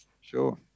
Sure